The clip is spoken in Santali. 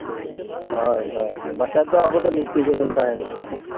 ᱦᱳᱭ ᱦᱳᱭ ᱵᱟᱠᱷᱟᱡ ᱫᱚ ᱟᱵᱚ ᱫᱚ ᱱᱤᱝᱠᱟᱹ ᱜᱮᱵᱚᱱ ᱛᱟᱦᱮᱱᱟ